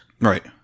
Right